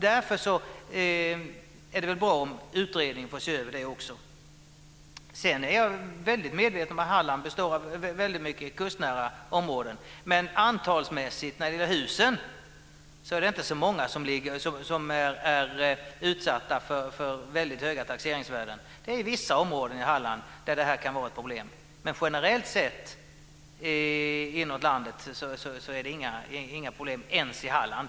Därför är det bra om utredningen får se över detta. Jag är medveten om att Halland till stor del består av kustnära områden. Men det är inte så många hus som är utsatta för höga taxeringsvärden. Det är vissa områden i Halland där detta kan vara ett problem, men generellt sett inåt landet är det inga problem - ens i Halland.